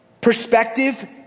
perspective